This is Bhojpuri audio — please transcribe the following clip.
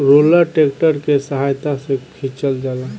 रोलर ट्रैक्टर के सहायता से खिचल जाला